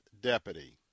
deputy